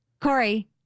corey